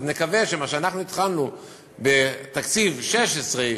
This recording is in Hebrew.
אז נקווה שמה שאנחנו התחלנו בתקציב 2016,